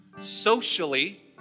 socially